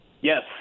Yes